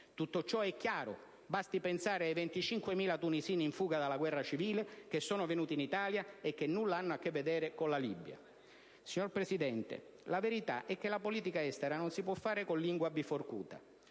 Tutto ciò è chiaro: basti pensare ai 25.000 tunisini in fuga dalla guerra civile che sono venuti in Italia e che nulla hanno a che vedere con la Libia. Signor Presidente, la verità è che la politica estera non si può fare con lingua biforcuta.